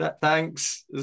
Thanks